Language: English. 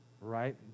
Right